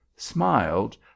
smiled